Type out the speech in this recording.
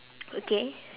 okay